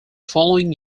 following